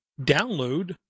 download